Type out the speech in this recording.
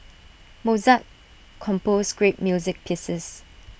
Mozart composed great music pieces